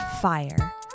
fire